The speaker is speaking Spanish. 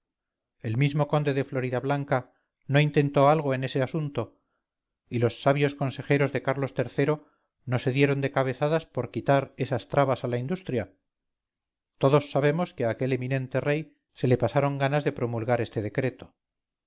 el mismo conde de floridablanca no intentó algo en ese asunto y los sabios consejeros de carlos iii no se dieron de cabezadas por quitar esas trabas a la industria todos sabemos que a aquel eminente rey se le pasaron ganas de promulgar este decreto